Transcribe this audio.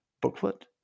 booklet